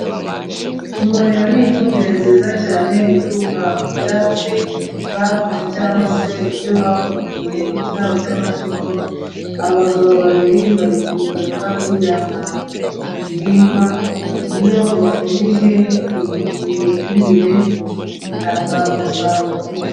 Imborera ni ifumbire nziza cyane ituruka ku byatsi barunze cyangwa se ibyo bakumbuye mu kiraro cy'amatungo, abagabo babiri bari kuyiyora bayijyana ku bihingwa, iyo bafumbije iyi fumbire itanga umusaruro mwiza.